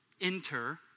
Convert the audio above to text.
Enter